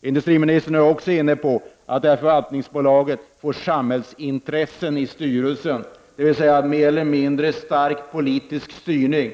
Industriministern är nu också inne på att samhällsintressen får plats i styrelsen för förvaltningsbolaget, dvs. mer eller mindre stark politisk styrning.